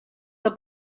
the